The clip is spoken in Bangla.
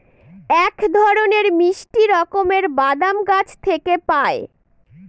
এক ধরনের মিষ্টি রকমের বাদাম গাছ থেকে পায়